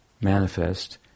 manifest